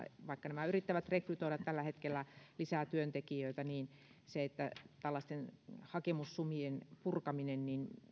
vaikka kassat yrittävät rekrytoida tällä hetkellä lisää työntekijöitä niin tällaisten hakemussumien purkaminen